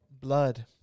blood